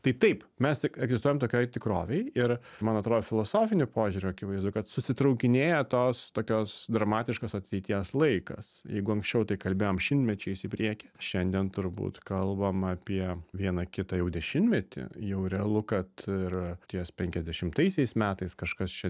tai taip mes egzistuojam tokioj tikrovėj ir man atrodo filosofiniu požiūriu akivaizdu kad susitraukinėja tos tokios dramatiškos ateities laikas jeigu anksčiau tai kalbėjom šimtmečiais į priekį šiandien turbūt kalbam apie vieną kitą jau dešimtmetį jau realu kad ir ties penkiasdešimtaisiais metais kažkas čia